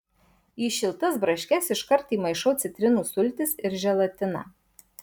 į šiltas braškes iškart įmaišau citrinų sultis ir želatiną